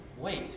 Wait